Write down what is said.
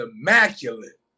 immaculate